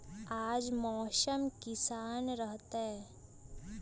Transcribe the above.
आज मौसम किसान रहतै?